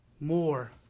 more